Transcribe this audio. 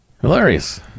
Hilarious